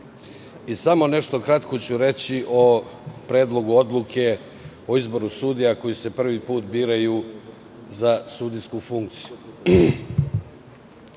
Samo nešto kratko ću reći o Predlogu odluke o izboru sudija koji se prvi put biraju za sudijsku funkciju. Naime,